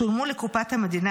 שולמו לקופת המדינה,